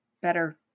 better